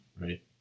right